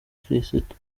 kirisitu